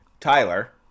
Tyler